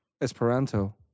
Esperanto